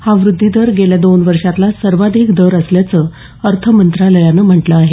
हा वृद्धीदर गेल्या दोन वर्षातला सर्वाधिक दर असल्याचं अर्थ मंत्रालयानं म्हटलं आहे